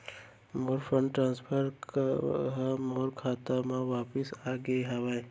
मोर fund transfer हा मोर खाता मा वापिस आ गे हवे